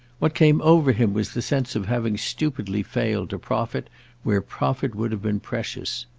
what came over him was the sense of having stupidly failed to profit where profit would have been precious.